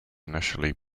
initially